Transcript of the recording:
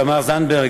תמר זנדברג,